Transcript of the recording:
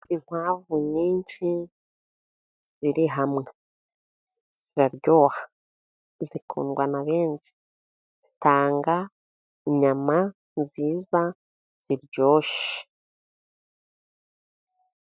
Inkwamvu nyinshi ziri hamwe, ziraryoha zikundwa na benshi, zitanga inyama nziza ziryoshye.